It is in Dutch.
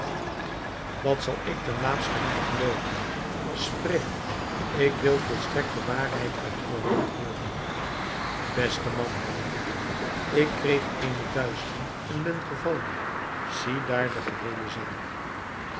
wat zal ik ten laatste moeten gelooven spreek ik wil volstrekt de waarheid uit uwen mond hooren beste man hernam ik ik kreeg eene duizeling en ben gevallen ziedaar de geheele zaak